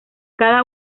cada